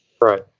right